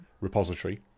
repository